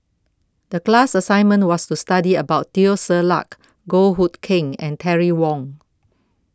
The class assignment was to study about Teo Ser Luck Goh Hood Keng and Terry Wong